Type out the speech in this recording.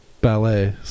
ballet